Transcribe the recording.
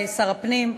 שר הפנים,